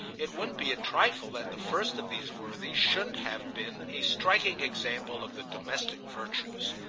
it wouldn't be a trifle that the first of these worthies shouldn't have been a striking example of the domestic virtues.